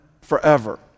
forever